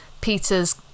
Peter's